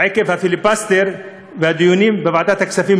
עקב הפיליבסטרים והדיונים בוועדת הכספים,